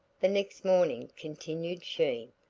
the next morning, continued she,